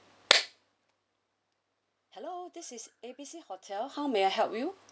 hello this is A B C hotel how may I help you